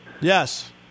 Yes